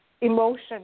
emotion